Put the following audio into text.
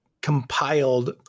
compiled